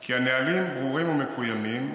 כי הנהלים ברורים ומקוימים,